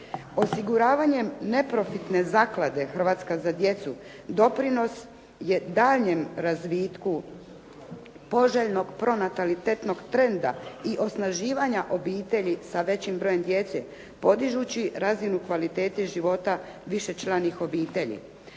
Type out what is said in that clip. Osiguravanjem neprofitne zaklade "Hrvatska za djecu" doprinos je daljnjem razvitku poželjnog pronatalitetnog trenda i osnaživanja obitelji sa većim brojem djeca, podižući razinu kvalitete života višečlanih obitelji.